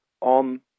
on